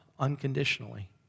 unconditionally